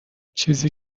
چیزی